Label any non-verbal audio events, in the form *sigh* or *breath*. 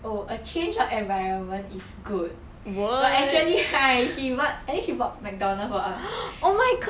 oh a change of environment is good but actually *breath* right she bought I think she bought McDonald's for us